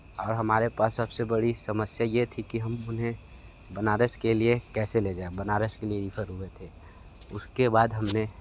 अगर हमारे पास सबसे बड़ी समस्या यह थी कि हम उन्हें बनारस के लिए कैसे ले जाए बनारस के लिए रेफ़र हुए थे उसके बाद हमने